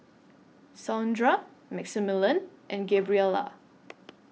Saundra Maximillian and Gabriela